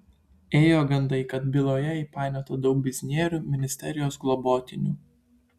ėjo gandai kad byloje įpainiota daug biznierių ministerijos globotinių